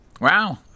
Wow